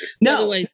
no